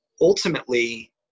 ultimately